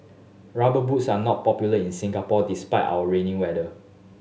Rubber Boots are not popular in Singapore despite our rainy weather